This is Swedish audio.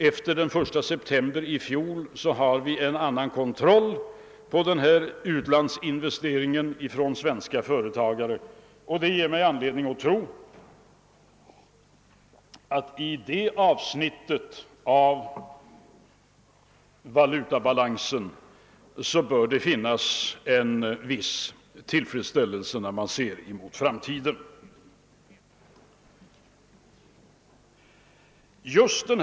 Efter den 1 september i fjol har vi en annan kontroll på utlandsinvesteringarna från svenska företagare, och det ger mig anledning tro att vi med en viss förtröstan bör kunna se mot framtiden när det gäller valutabalansen.